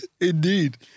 Indeed